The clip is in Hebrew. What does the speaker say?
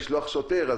לשלוח שוטר,